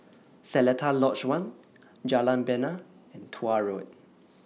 Seletar Lodge one Jalan Bena and Tuah Road